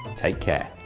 take care